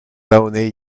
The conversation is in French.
launay